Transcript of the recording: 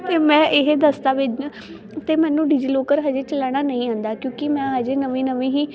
ਅਤੇ ਮੈਂ ਇਹ ਦਸਤਾਵੇਜ਼ਾਂ ਅਤੇ ਮੈਨੂੰ ਡਿਜੀਲੋਕਰ ਹਜੇ ਚਲਾਉਣਾ ਨਹੀਂ ਆਉਂਦਾ ਕਿਉਂਕਿ ਮੈਂ ਅਜੇ ਨਵੀਂ ਨਵੀਂ ਹੀ